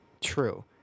true